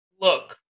look